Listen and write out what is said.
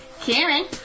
Karen